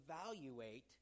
evaluate